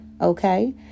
okay